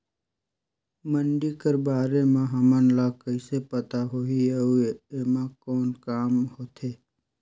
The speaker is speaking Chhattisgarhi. मंडी कर बारे म हमन ला कइसे पता होही अउ एमा कौन काम होथे?